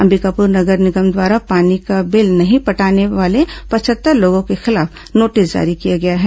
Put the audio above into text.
अंबिकापुर नगर निगम द्वारा पानी का बिल नहीं पटाने वाले पचहत्तर लोगों के खिलाफ नोटिस जारी किया गया है